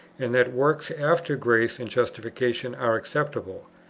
and that works after grace and justification are acceptable,